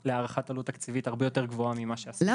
להערכת עלות תקציבית הרבה יותר גבוהה ממש שעשינו עכשיו.